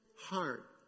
heart